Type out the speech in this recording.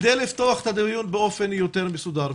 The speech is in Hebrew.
כדי לפתוח את הדיון באופן יותר מסודר,